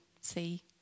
see